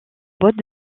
boîte